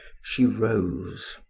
she rose.